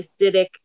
acidic